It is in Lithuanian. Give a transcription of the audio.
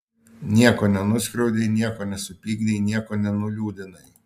nieko nenuskriaudei nieko nesupykdei nieko nenuliūdinai